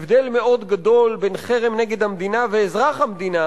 הבדל מאוד גדול בין חרם נגד המדינה ואזרח המדינה